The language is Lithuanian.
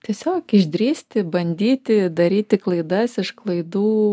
tiesiog išdrįsti bandyti daryti klaidas iš klaidų